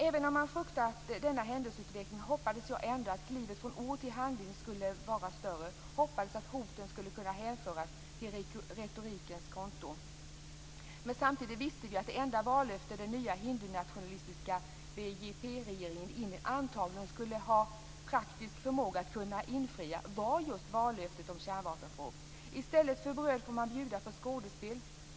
Även om man fruktade denna händelseutveckling hoppades jag ändå att klivet från ord till handling skulle vara större och att hoten skulle kunna föras på retorikens konto. Samtidigt visste vi att det enda vallöfte som den nya hindunationalistiska BJP regeringen i Indien skulle ha praktisk förmåga att infria antagligen var just löftet om kärnvapenprov. I stället för bröd får man bjuda på skådespel.